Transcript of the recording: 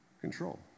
control